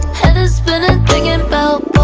head is spinnin' thinkin' bout